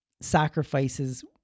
sacrifices